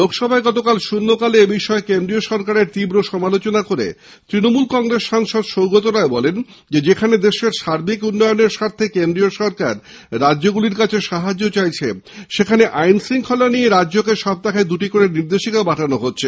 লোকসভার শন্য কালে গতকাল এবিষয়ে কেন্দ্রীয় সরকারের তীব্র সমালোচনা করে তৃনমূল কংগ্রেস সাংসদ সৌগত রায় বলেন যেখানে দেশের সার্বিক উন্নয়নের স্বার্থে কেন্দ্রীয় সরকার রাজ্যগুলির সাহায্য চাইছে সেখানে আইন শঙ্খলা নিয়ে রাজ্যকে সপ্তাহে দুটি করে নির্দেশিকা পাঠানো হচ্ছে